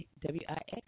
W-I-X